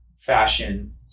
fashion